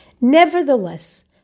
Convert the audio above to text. Nevertheless